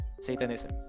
Satanism